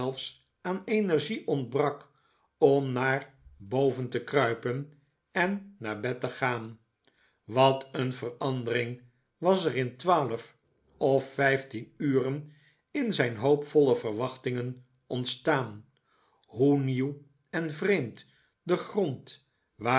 aan energie ontbrak om naar boven te kruipen en naar bed te gaan wat een verandering was er in twaalf of vijftien uren in zijn hoopvolle verwachtingen ontstaan hoe nieuw en vreemd de grond